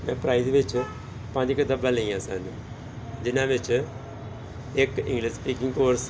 ਮੈ ਪ੍ਰਾਈਜ ਵਿੱਚ ਪੰਜ ਕਿਤਾਬਾਂ ਲਈਆਂ ਸਨ ਜਿਨ੍ਹਾਂ ਵਿੱਚ ਇੱਕ ਇੰਗਲਿਸ਼ ਸਪੀਕਿੰਗ ਕੋਰਸ